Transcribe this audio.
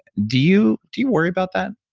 do you do you worry about that?